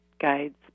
guides